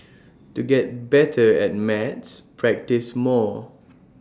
to get better at maths practise more